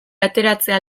ateratzea